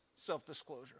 self-disclosure